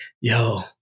Yo